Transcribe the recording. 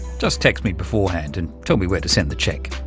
just text me beforehand and tell me where to send the cheque.